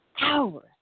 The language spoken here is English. hours